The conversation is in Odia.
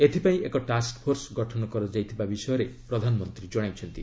ଏଥିପାଇଁ ଏକ ଟାସ୍କ ଫୋର୍ସ ଗଠନ କରାଯାଇଥିବା ବିଷୟ ପ୍ରଧାନମନ୍ତ୍ରୀ ଜଣାଇଛନ୍ତି